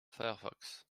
firefox